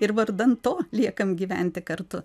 ir vardan to liekam gyventi kartu